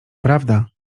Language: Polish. prawda